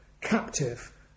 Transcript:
captive